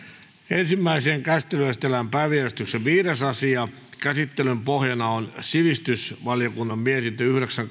ensimmäiseen käsittelyyn esitellään päiväjärjestyksen viides asia käsittelyn pohjana on sivistysvaliokunnan mietintö yhdeksän